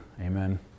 Amen